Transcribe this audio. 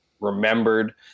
remembered